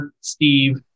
Steve